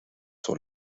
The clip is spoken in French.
sur